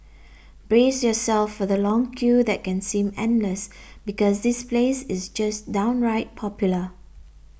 brace yourself for the long queue that can seem endless because this place is just downright popular